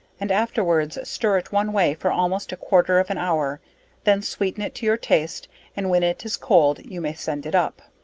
and afterwards stir it one way for almost a quarter of an hour then sweeten it to your taste and when it is cold you may send it up.